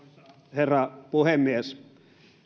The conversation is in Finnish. herra puhemies